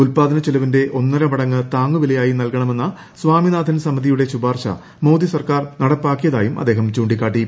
ഉൽപ്പാദന ചെലവിന്റെ ഒന്നര മടങ്ങ് താങ്ങുവിലയായി നൽകണമെന്ന സ്വാമിനാഥൻ സമിതിയുടെ ശിപാർശ മോദി സർക്കാർ നടപ്പാക്കിയതായും അദ്ദേഹം ചൂണ്ടിക്കാട്ടി